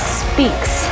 speaks